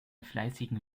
fleißigen